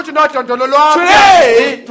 Today